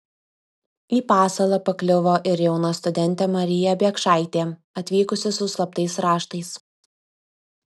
į pasalą pakliuvo ir jauna studentė marija biekšaitė atvykusi su slaptais raštais